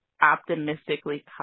optimistically